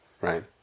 right